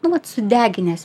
nu vat sudeginęs